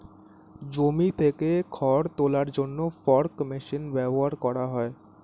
জমি থেকে খড় তোলার জন্য ফর্ক মেশিন ব্যবহার করা হয়